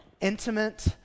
intimate